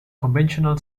conventional